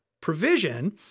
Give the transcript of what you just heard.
provision